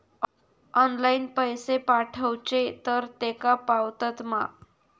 Online पैसे पाठवचे तर तेका पावतत मा?